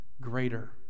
greater